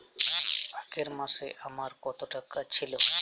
আগের মাসে আমার কত টাকা ছিল?